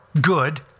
good